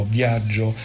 viaggio